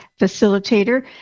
facilitator